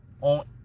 on